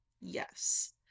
yes